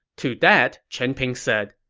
to that, chen ping, said,